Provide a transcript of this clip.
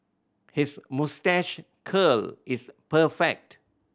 his moustache curl is perfect